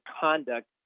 conduct